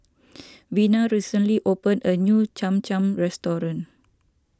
Vina recently opened a new Cham Cham restaurant